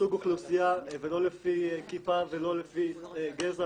אוכלוסייה ולא לפי כיפה ולא לפי גזע,